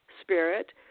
spirit